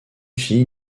fille